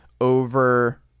over